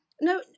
No